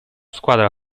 squadra